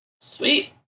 Sweet